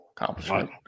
accomplishment